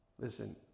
Listen